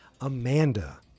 Amanda